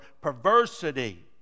perversity